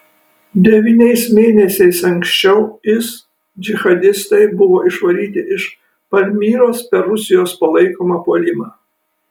devyniais mėnesiais anksčiau is džihadistai buvo išvaryti iš palmyros per rusijos palaikomą puolimą